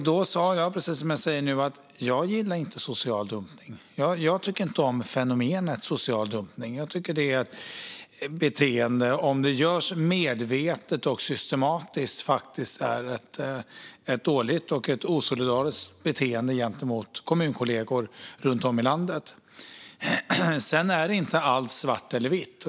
Jag sa då, precis som jag säger nu: Jag gillar inte social dumpning. Jag tycker inte om fenomenet social dumpning. Jag tycker att det är ett beteende som om det görs medvetet och systematiskt faktiskt är dåligt och osolidariskt gentemot kommunkollegor runt om i landet. Sedan är allt inte svart eller vitt.